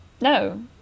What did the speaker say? no